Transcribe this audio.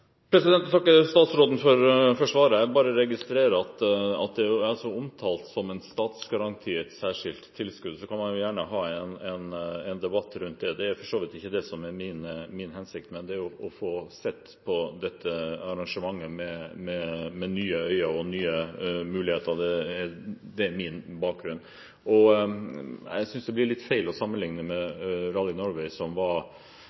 kan man gjerne ha en debatt rundet det, det er for så vidt ikke det som er min hensikt. Min hensikt er å få sett på dette arrangementet med nye øyne, se nye muligheter. Det er min bakgrunn. Jeg synes det blir litt feil å sammenligne med Rally Norway, som var